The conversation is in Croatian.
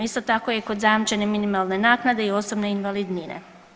Isto tako je i kod zajamčene minimalne naknade i osobne invalidnine.